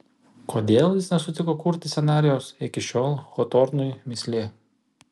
kodėl jis nesutiko kurti scenarijaus iki šiol hotornui mįslė